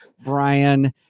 Brian